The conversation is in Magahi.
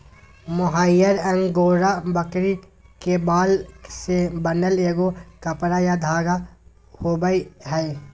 मोहायर अंगोरा बकरी के बाल से बनल एगो कपड़ा या धागा होबैय हइ